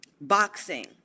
boxing